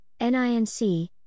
NINC